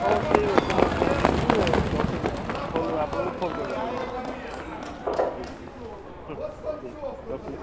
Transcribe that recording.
ହଉ ଠିକ୍ ଅଛି ମୁଁ ପହଞ୍ଚିଯିବି ରଖୁଛିି ଫୋନ ଆପଣଙ୍କୁ ଫୋନ୍ କରିବି କରିବି ଠିକ୍ ହୁଁ ଠିକ୍ ଅଛି ରଖିଲି